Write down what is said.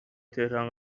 تهران